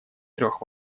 трех